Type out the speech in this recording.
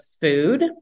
food